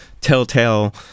telltale